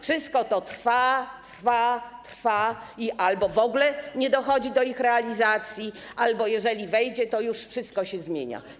Wszystko to trwa i trwa i albo w ogóle nie dochodzi do ich realizacji, albo jeżeli wejdzie, to już wszystko się zmienia.